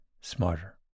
Smarter